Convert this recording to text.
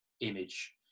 image